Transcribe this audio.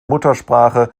muttersprache